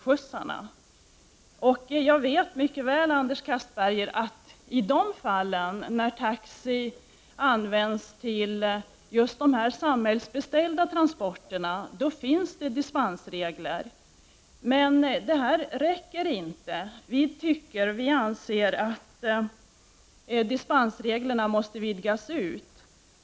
Anders Castberger, jag vet mycket väl att i de fall där taxi används till just sådana samhällsbeställda transporter finns det dispensregler, men det räcker inte. Vi anser att dispensreglerna måste utvidgas.